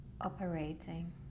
operating